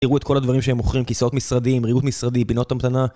תראו את כל הדברים שהם מוכרים, כיסאות משרדים, ריהוט משרדי, פינות המתנה